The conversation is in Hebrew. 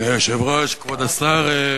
אדוני היושב-ראש, כבוד השר,